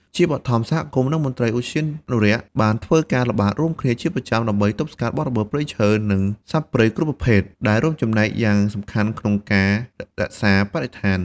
ជាបឋម សហគមន៍ និងមន្ត្រីឧទ្យានុរក្សបានធ្វើការល្បាតរួមគ្នាជាប្រចាំ ដើម្បីទប់ស្កាត់បទល្មើសព្រៃឈើ និងសត្វព្រៃគ្រប់ប្រភេទ ដែលរួមចំណែកយ៉ាងសំខាន់ក្នុងការរក្សាបរិស្ថាន។